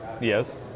Yes